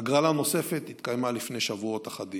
הגרלה נוספת התקיימה לפני שבועות אחדים.